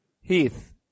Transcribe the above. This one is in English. Heath